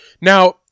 Now